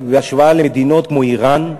בהשוואה, במקומות של מדינות כמו איראן,